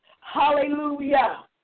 Hallelujah